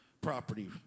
property